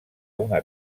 una